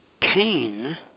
Cain